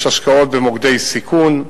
יש השקעות במוקדי סיכון.